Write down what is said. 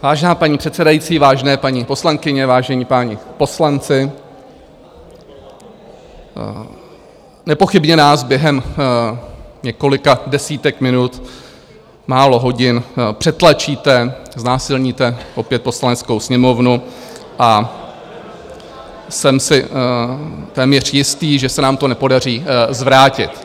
Vážená paní předsedající, vážené paní poslankyně, vážení páni poslanci, nepochybně nás během několika desítek minut, málo hodin přetlačíte, znásilníte opět Poslaneckou sněmovnu a jsem si téměř jistý, že se nám to nepodaří zvrátit.